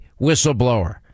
whistleblower